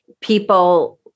people